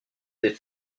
des